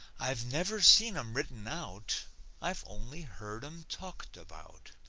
i've never seen em written out i've only heard em talked about.